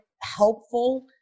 helpful